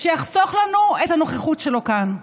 שיחסוך לנו את הנוכחות שלו כאן.